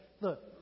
Look